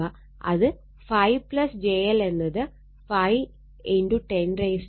അത് 5 j L എന്നത് 50 10 3 2π 100